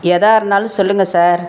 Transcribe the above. எதாக இருந்தாலும் சொல்லுங்கள் சார்